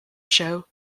show